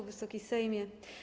Wysoki Sejmie!